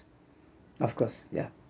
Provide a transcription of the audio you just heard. of course yeah